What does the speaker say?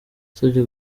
yasabye